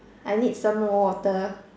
I need some water